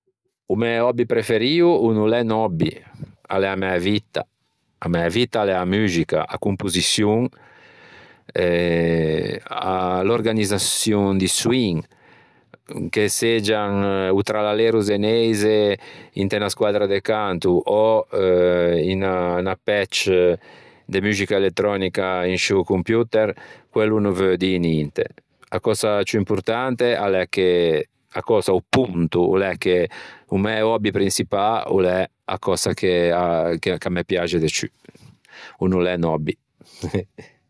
O mæ hobby preferio o n'ô l'é un hobby, a l'é a mæ vitta. A mæ vitta a l'é a muxica, a composiçiuon eh a l'organizzaçion di soin che seggian o trallalero zeneise inte unna squaddra de canto ò unna patch de muxica elettrònica in sciô computer, quello o n'ô veu dî ninte. A cösa ciù importante a l'é che a cösa o ponto o l'é che o mæ hobby prinçipâ o l'é a cösa ch'a me piaxe de ciù. O n'ô l'é un hobby.